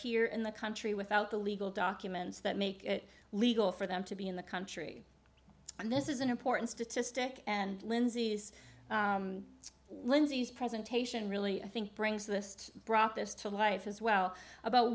here in the country without the legal documents that make it legal for them to be in the country and this is an important statistic and lindsay's lindsay's presentation really i think brings list brought this to life as well about